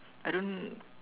I don't